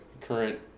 current